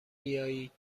بیایید